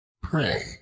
Pray